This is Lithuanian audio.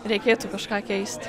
reikėtų kažką keist